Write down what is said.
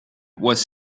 was